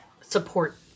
support